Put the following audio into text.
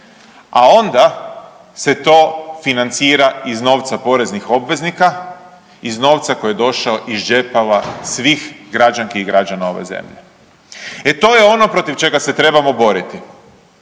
a onda se to financira iz novca poreznih obveznika, iz novca koji je došao iz džepova svih građanki i građana ove zemlje. E to je ono protiv čega se trebamo boriti.